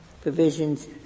provisions